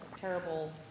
terrible